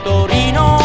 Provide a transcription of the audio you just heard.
Torino